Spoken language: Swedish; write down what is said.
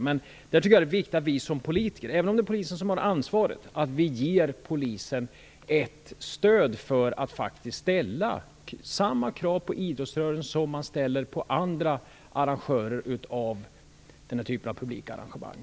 Även om det är polisen som har ansvaret, är det viktigt att vi som politiker ger polisen stöd för att ställa samma krav på idrottsrörelser som på andra arrangörer av den här typen av publika arrangemang.